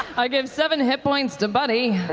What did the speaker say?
i give seven hit points to buddy.